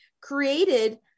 created